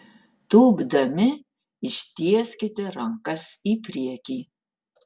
tūpdami ištieskite rankas į priekį